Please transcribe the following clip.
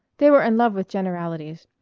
they were in love with generalities.